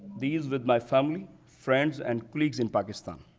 these with my family, friends and colleagues in pakistan.